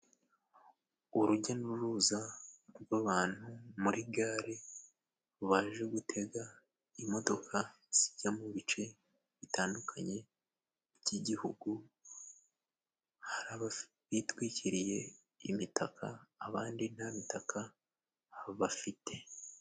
Urujya n'uruza rw'abantu muri gare baje gutega imodoka zijya mu bice bitandukanye by'igihugu hari abitwikiriye imitaka abandi nta mitaka bafite.